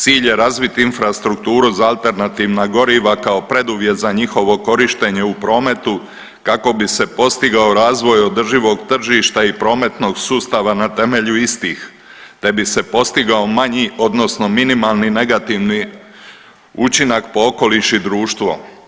Cilj je razviti infrastrukturu za alternativna goriva kao preduvjet za njihovo korištenje u prometu kako bi se postigao razvoj održivog tržišta i prometnog sustava na temelju istih, te bi se postigao manji, odnosno minimalni negativni učinak po okoliš i društvo.